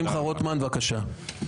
שמחה רוטמן, בבקשה.